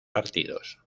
partidos